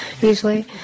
usually